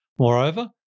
Moreover